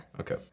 Okay